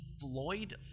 Floyd